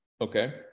Okay